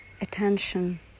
attention